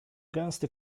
gęsty